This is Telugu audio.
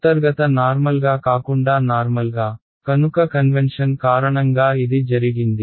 అంతర్గత నార్మల్గా కాకుండా నార్మల్గా కనుక కన్వెన్షన్ కారణంగా ఇది జరిగింది